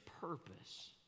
purpose